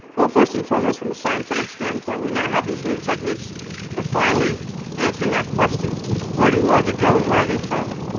well first and foremost, from the scientific standpoint we now have these new techniques for finally answering that question where do larvae go and where are they from.